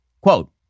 Quote